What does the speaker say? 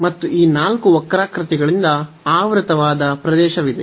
ಮತ್ತು ಈ ನಾಲ್ಕು ವಕ್ರಾಕೃತಿಗಳಿಂದ ಆವೃತವಾದ ಪ್ರದೇಶವಿದೆ